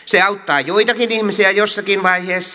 se auttaa joitakin ihmisiä jossakin vaiheessa